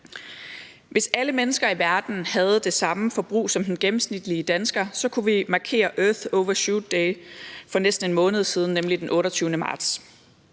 Hvis alle mennesker i verden havde det samme forbrug, som den gennemsnitlige dansker, kunne vi have markeret »Earth Overshoot Day« for næsten en måned siden, nemlig den 28. marts.